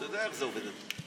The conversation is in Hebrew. אתה יודע איך זה עובד אצלם.